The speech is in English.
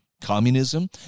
communism